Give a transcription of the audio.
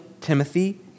Timothy